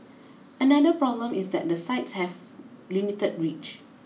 another problem is that the sites have limited reach